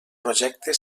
projecte